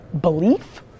belief